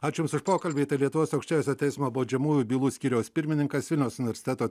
aš jums už pokalbį ta lietuvos aukščiausiojo teismo baudžiamųjų bylų skyriaus pirmininkas vilniaus universiteto